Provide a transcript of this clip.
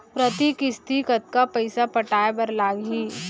प्रति किस्ती कतका पइसा पटाये बर लागही?